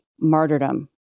martyrdom